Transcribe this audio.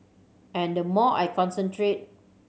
and the more I concentrate